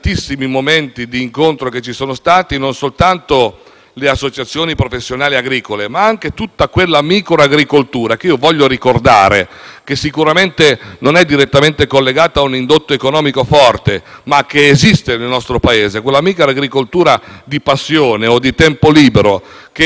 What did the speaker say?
le associazioni professionali agricole, ma anche con tutta quella micro agricoltura che sicuramente non è direttamente collegata a un indotto economico forte, ma che esiste nel nostro Paese. Ebbene, quella micro agricoltura, di passione o di tempo libero, che interessa alcuni milioni di cittadini nel nostro Paese,